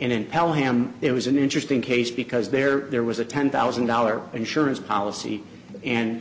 and impel him there was an interesting case because there there was a ten thousand dollars insurance policy and